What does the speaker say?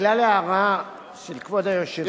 בגלל ההערה של כבוד היושב-ראש,